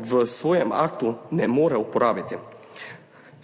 v svojem aktu ne more uporabiti.